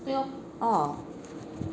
uh